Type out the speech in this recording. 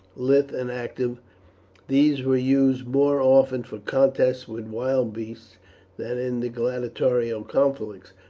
lithe and active these were used more often for contests with wild beasts than in the gladiatorial conflicts,